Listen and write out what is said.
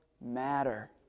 matter